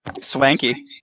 Swanky